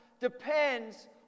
depends